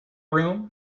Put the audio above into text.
room